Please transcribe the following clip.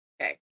okay